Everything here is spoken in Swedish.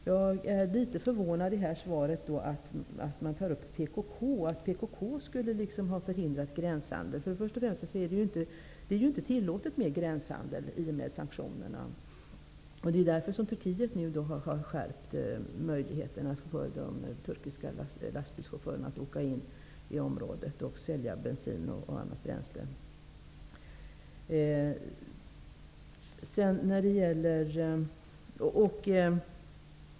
Jag blir litet förvånad av beskedet att PKK skulle ha förhindrat gränshandel. Först och främst är det ju inte tillåtet med gränshandel, i och med sanktionerna. Det är därför Turkiet har begränsat möjligheterna för de turkiska lastbilschaufförerna att åka in i området och sälja bensin och annat bränsle.